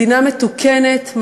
מדינה מתוקנת,